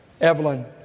Evelyn